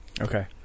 Okay